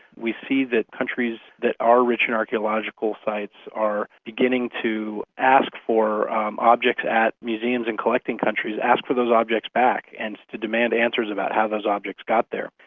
we see that countries that are rich in archaeological sites are beginning to ask for objects at museums and collecting countries, ask for those objects back and to demand answers about how those objects got there.